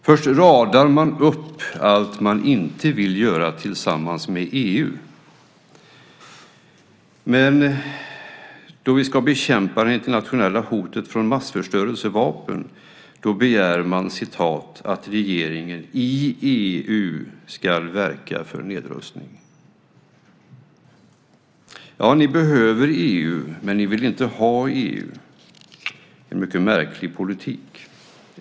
Först radar man upp allt man inte vill göra tillsammans med EU, men då vi ska bekämpa det internationella hotet från massförstörelsevapen begär man "att regeringen i EU skall verka för nedrustning". Ni behöver EU, men ni vill inte ha EU. Det är en mycket märklig politik.